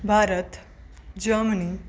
भारत जमनी